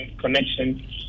connection